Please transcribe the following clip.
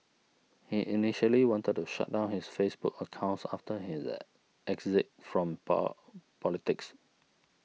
he initially wanted to shut down his Facebook accounts after his exit from poor politics